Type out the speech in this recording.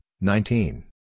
nineteen